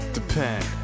Depend